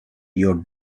your